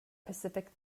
pacific